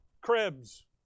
cribs